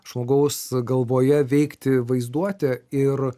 žmogaus galvoje veikti vaizduotė ir